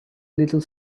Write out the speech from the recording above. little